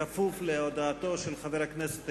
כפוף להודעתו של חבר הכנסת אילטוב,